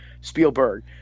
Spielberg